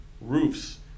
roofs